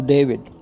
David